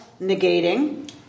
negating